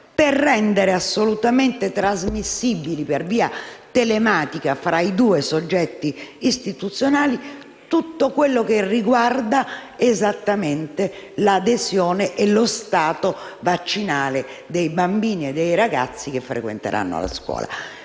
per rendere assolutamente trasmissibile per via telematica tra i due soggetti istituzionali tutto quanto riguarda l'adesione e lo stato vaccinale dei bambini e dei ragazzi che frequenteranno la scuola.